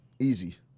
Easy